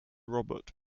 robert